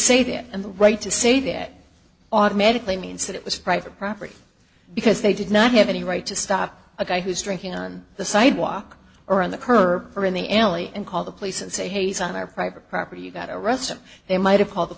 that and the right to say that automatically means that it was private property because they did not have any right to stop a guy who's drinking on the sidewalk or on the curb or in the alley and call the police and say hey he's on our private property got arrested they might have called the